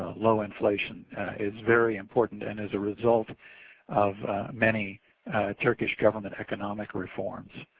low inflation is very important and is a result of many turkish government economic reforms.